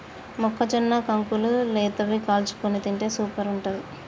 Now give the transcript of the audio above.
మొక్కజొన్న కంకులు లేతవి కాల్చుకొని తింటే సూపర్ ఉంటది